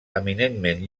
eminentment